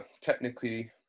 Technically